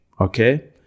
okay